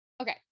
okay